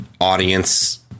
audience